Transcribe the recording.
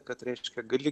kad reiškia gali